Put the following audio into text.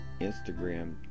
Instagram